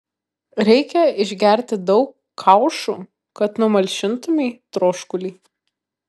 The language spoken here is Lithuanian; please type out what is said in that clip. reikia išgerti daug kaušų kad numalšintumei troškulį